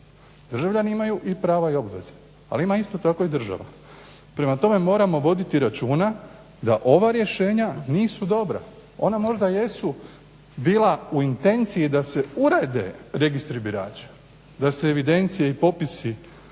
Državljani imaju i prava i obveze ali ima isto tako i država. Prema tome, moramo voditi računa da ova rješenja nisu dobra. Ona možda jesu bila u intenciji da se urede registri birača, da se evidencije i popisi